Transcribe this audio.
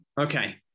Okay